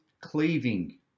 cleaving